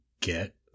get